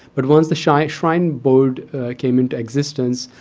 but once the shrine shrine board came into existence,